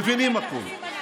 מבינים הכול.